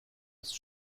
ist